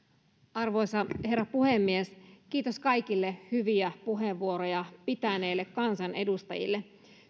arvoisa herra puhemies kiitos kaikille hyviä puheenvuoroja pitäneille kansanedustajille